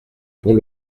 pont